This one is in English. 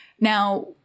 Now